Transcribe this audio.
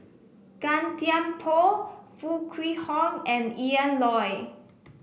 Gan Thiam Poh Foo Kwee Horng and Yan Loy